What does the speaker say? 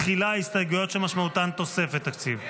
תחילה הסתייגויות שמשמעותן תוספת תקציב.